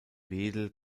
wedel